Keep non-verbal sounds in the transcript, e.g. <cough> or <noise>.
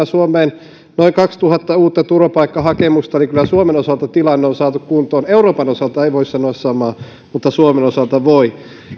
<unintelligible> suomeen noin kaksituhatta uutta turvapaikkahakemusta niin kyllä suomen osalta tilanne on saatu kuntoon euroopan osalta ei voi sanoa samaa mutta suomen osalta voi